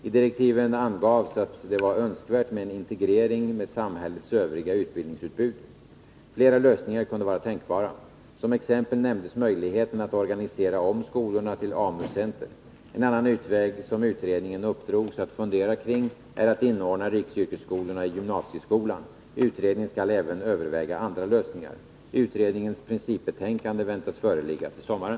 I direktiven angavs att det var önskvärt med en integrering med samhällets övriga utbildningsutbud. Flera lösningar kunde vara tänkbara. Som exempel nämndes möjligheten att organisera om skolorna till AMU-centrer. En annan utväg som utredningen uppdrogs att fundera kring är att inordna riksyrkesskolorna i gymnasieskolan. Utredningen skall även överväga andra lösningar. Utredningens principbetänkande väntas föreligga till sommaren.